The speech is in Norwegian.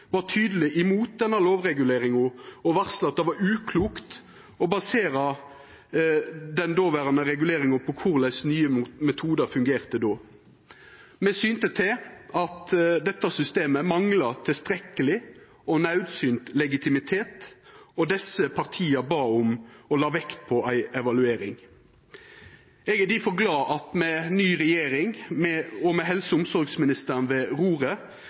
tydeleg imot denne lovreguleringa og varsla at det var uklokt å basera den dåverande reguleringa på korleis Nye metoder fungerte då. Me synte til at dette systemet manglar tilstrekkeleg og naudsynt legitimitet, og partia bad om og la vekt på ei evaluering. Eg er difor glad at ein med ny regjering og med helse- og omsorgsministeren ved